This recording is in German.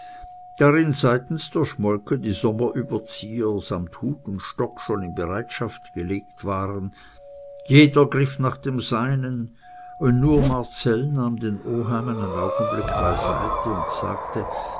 darin seitens der schmolke die sommerüberzieher samt hut und stock schon in bereitschaft gelegt waren jeder griff nach dem seinen und nur marcell nahm den oheim einen augenblick beiseite und sagte